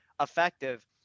effective